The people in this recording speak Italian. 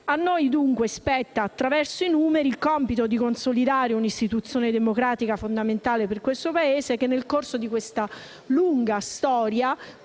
A noi, dunque, spetta, attraverso i numeri, il compito di consolidare un'istituzione democratica, fondamentale per questo Paese, che nel corso della sua lunga storia,